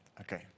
Okay